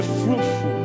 fruitful